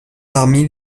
parmi